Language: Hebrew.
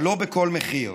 אבל לא בכל מחיר.